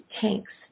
tanks